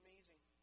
amazing